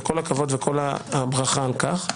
וכל הכבוד וכל הברכה על כך.